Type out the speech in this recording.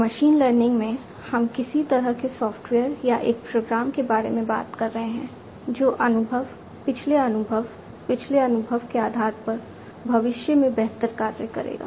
machine learning में हम किसी तरह के सॉफ्टवेयर या एक प्रोग्राम के बारे में बात कर रहे हैं जो अनुभव पिछले अनुभव पिछले अनुभव के आधार पर भविष्य में बेहतर कार्य करेगा